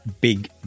big